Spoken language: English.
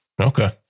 Okay